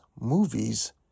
movies